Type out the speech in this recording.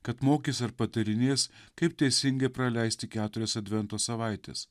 kad mokys ar patarinės kaip teisingai praleisti keturias advento savaites